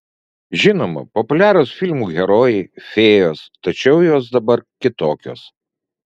žinoma populiarūs filmų herojai fėjos tačiau jos dabar kitokios